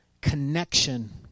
connection